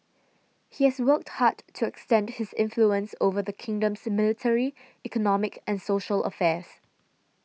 he has worked hard to extend his influence over the kingdom's military economic and social affairs